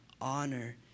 honor